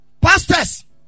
pastors